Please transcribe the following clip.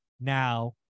now